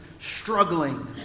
struggling